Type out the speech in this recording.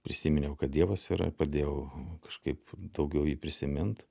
prisiminiau kad dievas yra pradėjau kažkaip daugiau jį prisimint